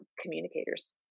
communicators